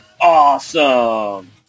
Awesome